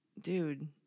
dude